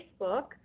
Facebook